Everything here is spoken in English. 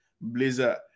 blazer